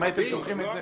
אם הייתם שולחים את זה